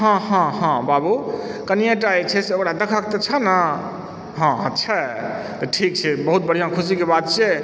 हँ हँ हँ बाबु कनिएक टाके छै से ओकरा देखक तऽ छह न हँ छै ठीक छै बहुत बढिआँ खुशीके बात छियै